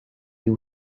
you